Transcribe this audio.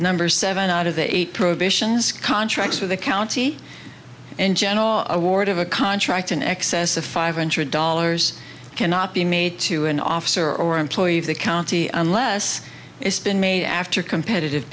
numbers seven out of eight prohibitions contracts with the county and general award of a contract in excess of five hundred dollars it cannot be made to an officer or employee of the county unless it's been made after competitive